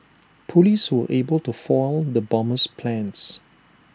Police were able to foil the bomber's plans